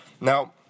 Now